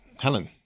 Helen